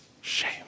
shame